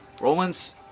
Romans